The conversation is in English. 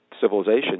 civilization